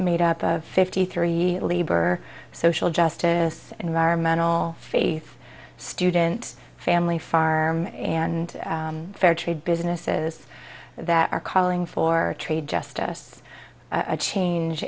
made up of fifty three labor social justice environmental faith student family farm and fair trade businesses that are calling for trade justice a change